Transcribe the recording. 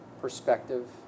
perspective